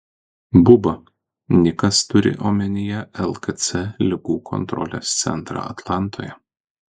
buba nikas turi omenyje lkc ligų kontrolės centrą atlantoje